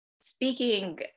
speaking